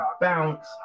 bounce